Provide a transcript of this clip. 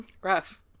Rough